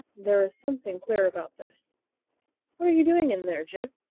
there is something queer about this what are you doing in there, jip?